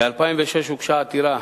ב-2006 הוגשה עתירה,